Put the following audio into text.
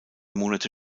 monate